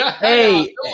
Hey